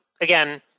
again